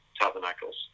tabernacles